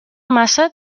massa